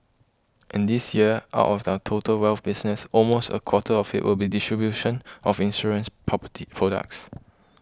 and this year out of our total wealth business almost a quarter of it will be distribution of insurance property products